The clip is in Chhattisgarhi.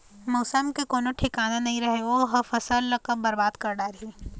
मउसम के कोनो ठिकाना नइ रहय ओ ह फसल ल कब बरबाद कर डारही